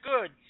good